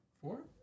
Four